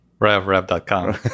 Rev.rev.com